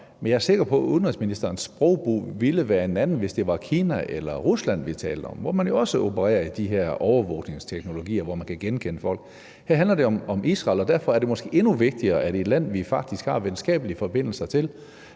men jeg er sikker på, at udenrigsministerens sprogbrug ville være en anden, hvis det var Kina eller Rusland, vi talte om, og hvor man jo også opererer i de her overvågningsteknologier, hvor man kan genkende folk. Her handler det om Israel, og derfor er det måske endnu vigtigere, at udenrigsministeren over for et land, vi faktisk har venskabelige forbindelser til,